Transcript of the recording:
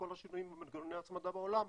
כל השינויים במנגנוני ההצמדה בעולם,